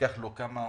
לקח לו כמה